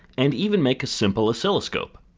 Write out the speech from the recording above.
and even make a simple oscilloscope.